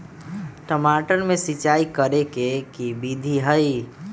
टमाटर में सिचाई करे के की विधि हई?